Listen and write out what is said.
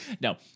No